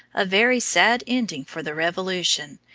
a very sad ending for the revolution,